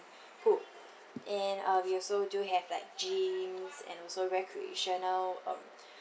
pool and uh we also do have like gym and also recreational um